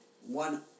One